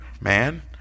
Man